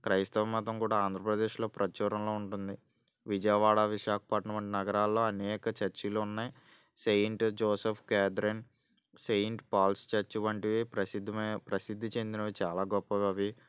క్రైస్తవ మతం కూడా ఆంధ్రప్రదేశ్లో ప్రాచుర్యంలో ఉంటుంది విజయవాడ విశాఖపట్నం వంటి నగరాల్లో అనేక చర్చిలు ఉన్నాయి Saint Joseph cathedral Saint Paul's church వంటివి ప్రసిద్ధమ ప్రసిద్ధి చెందినవి చాలా గొప్పవి అవి